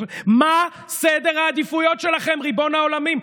מה סדר העדיפויות שלכם, ריבון העולמים?